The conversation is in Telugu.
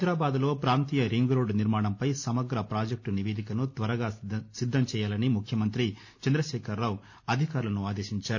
హైదరాబాద్లో పాంతీయ రింగ్రోడ్లు నిర్మాణంపై సమగ్ర పాజెక్టు నివేదికను త్వరగా సిద్ధం చేయాలని ముఖ్యమంతి చందశేఖర్రావు అధికారులను ఆదేశించారు